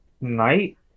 night